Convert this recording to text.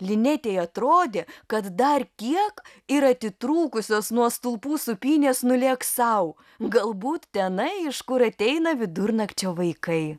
linetei atrodė kad dar kiek ir atitrūkusios nuo stulpų sūpynės nulėks sau galbūt tenai iš kur ateina vidurnakčio vaikai